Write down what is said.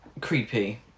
Creepy